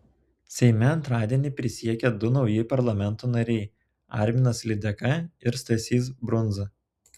seime antradienį prisiekė du nauji parlamento nariai arminas lydeka ir stasys brundza